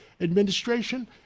Administration